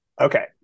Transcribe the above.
okay